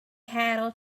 cattle